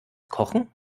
kochen